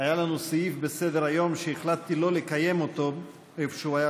סעיף בסדר-היום שהחלטתי לא לקיים אותו במקום שבו הוא היה